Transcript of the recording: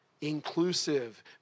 inclusive